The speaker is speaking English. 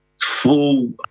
full